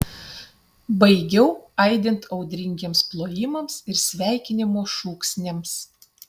baigiau aidint audringiems plojimams ir sveikinimo šūksniams